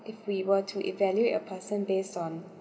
if we were to evaluate a person based on